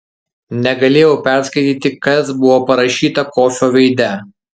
negalėjau perskaityti kas buvo parašyta kofio veide